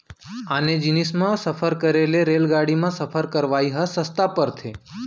आने जिनिस म सफर करे ले रेलगाड़ी म सफर करवाइ ह सस्ता परथे